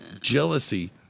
jealousy